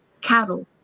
cattle